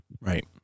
Right